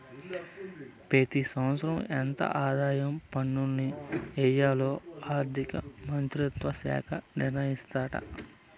పెతి సంవత్సరం ఎంత ఆదాయ పన్నుల్ని ఎయ్యాల్లో ఆర్థిక మంత్రిత్వ శాఖ నిర్ణయిస్తాదాట